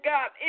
God